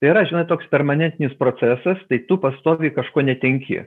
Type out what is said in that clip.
yra žinai toks permanentinis procesas tai tu pastoviai kažko netenki